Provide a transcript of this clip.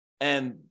And-